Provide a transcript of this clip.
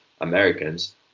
Americans